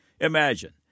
Imagine